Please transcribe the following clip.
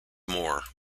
more